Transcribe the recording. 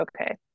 okay